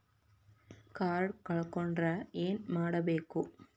Card ಕಳ್ಕೊಂಡ್ರ ಏನ್ ಮಾಡಬೇಕು?